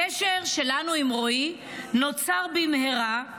הקשר שלנו עם רועי נוצר במהרה,